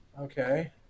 Okay